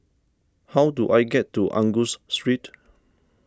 how do I get to Angus Street